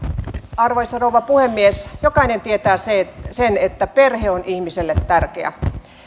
arvoisa rouva puhemies jokainen tietää sen että perhe on ihmiselle tärkeä